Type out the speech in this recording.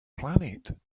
planet